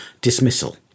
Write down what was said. dismissal